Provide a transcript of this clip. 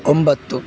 ಒಂಬತ್ತು